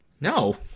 No